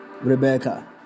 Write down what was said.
Rebecca